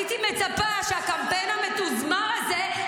הייתי מצפה שהקמפיין המתוזמן הזה,